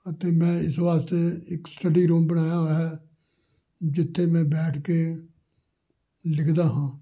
ਅਤੇ ਮੈਂ ਇਸ ਵਾਸਤੇ ਇੱਕ ਸਟੱਡੀ ਰੂਮ ਬਣਾਇਆ ਹੋਇਆ ਹੈ ਜਿੱਥੇ ਮੈਂ ਬੈਠ ਕੇ ਲਿਖਦਾ ਹਾਂ